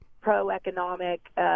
pro-economic